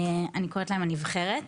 אני קוראת להם הנבחרת.